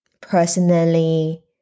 personally